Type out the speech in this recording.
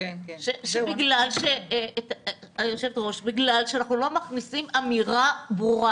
בגלל שאנחנו לא מכניסים אמירה ברורה.